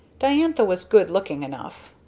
diantha was good-looking enough.